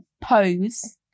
pose